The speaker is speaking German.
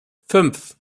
fünf